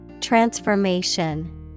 Transformation